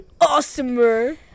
awesomer